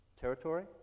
territory